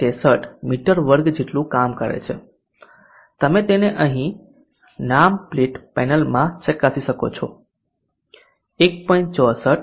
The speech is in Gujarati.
63 મી2 જેટલું કામ કરે છે તમે તેને અહીં નામ પ્લેટ પેનલમાં ચકાસી શકો છો 1